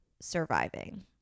surviving